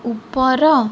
ଉପର